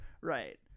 Right